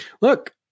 Look